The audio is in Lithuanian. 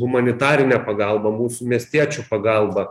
humanitarinė pagalba mūsų miestiečių pagalba